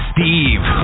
Steve